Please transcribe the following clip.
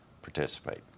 participate